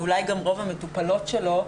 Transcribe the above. ואולי גם רוב המטופלות שלו,